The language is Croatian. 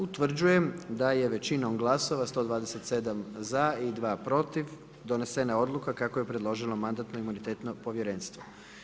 Utvrđujem da je većinom glasova 127. za i 2 protiv donesena Odluka kako ju je predložilo Mandatno-imunitetno povjerenstvo.